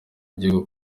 gihugu